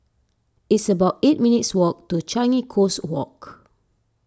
it's about eight minutes' walk to Changi Coast Walk